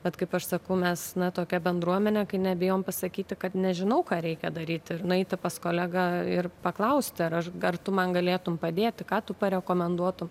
bet kaip aš sakau mes na tokia bendruomenė kai nebijom pasakyti kad nežinau ką reikia daryti ir nueiti pas kolegą ir paklausti ar aš ar tu man galėtum padėti ką tu parekomenduotum